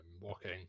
Walking